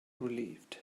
relieved